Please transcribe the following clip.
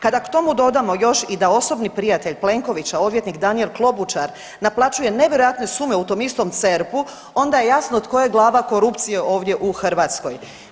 Kada k tomu dodamo još i da osobni prijatelj Plenkovića odvjetnik Danijel Klobučar naplaćuje nevjerojatne sume u tom istom CERP-u onda je jasno tko je glava korupcije ovdje u Hrvatskoj.